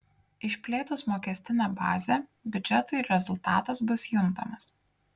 išplėtus mokestinę bazę biudžetui rezultatas bus juntamas